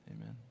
Amen